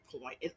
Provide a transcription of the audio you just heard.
point